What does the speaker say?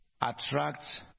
attracts